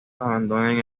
abandonen